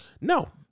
No